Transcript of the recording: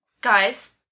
Guys